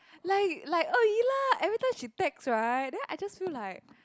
like like lah every time she text right then I just feel like